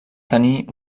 tenir